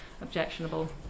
objectionable